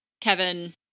Kevin